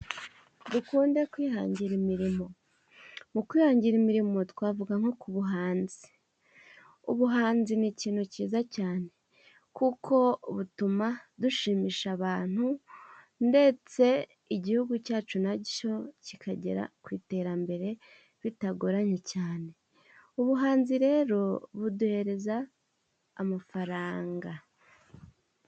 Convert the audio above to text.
Dukunde kwihangira imirimo. Mu kwihangira imirimo, twavuga nko ku buhanzi. Ubuhanzi ni ikintu cyiza cyane, kuko butuma dushimisha abantu, ndetse igihugu cyacu nacyo kikagera ku iterambere bitagoranye cyane. Ubuhanzi rero buduhereza amafaranga.